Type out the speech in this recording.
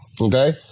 okay